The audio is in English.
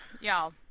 y'all